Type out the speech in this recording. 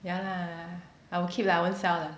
ya lah I will keep lah won't sell lah